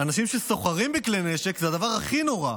אנשים שסוחרים בכלי נשק, זה הדבר הכי נורא.